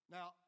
Now